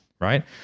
right